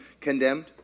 condemned